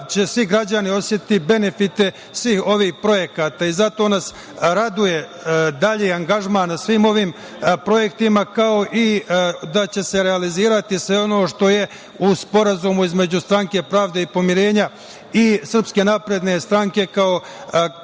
će svi građani osetiti benefite svih ovih projekata. Zato nas raduje dalji angažman na svim ovim projektima, kao i da će se realizovati sve ono što je u Sporazumu između Stranke pravde i pomirenja i SNS, kao glavnog